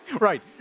Right